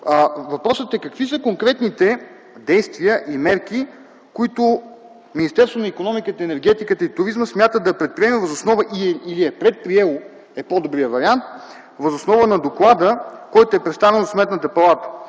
въпросът е: какви са конкретните действия и мерки, които Министерството на икономиката, енергетиката и туризма смята да предприеме или е предприело - по-добрият вариант, въз основа на доклада, който е представен от Сметната палата?